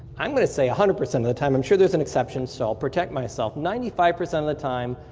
i'm going to say one hundred percent of the time, i'm sure there's an exception so i'll protect myself. ninety five percent of the time,